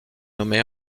nommée